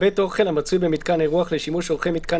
בית אוכל המצוי במתקן אירוח לשימוש אורחי מתקן